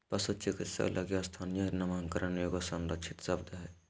पशु चिकित्सक लगी स्थानीय नामकरण एगो संरक्षित शब्द हइ